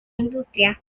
industria